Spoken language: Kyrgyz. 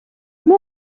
эле